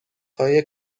های